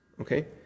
okay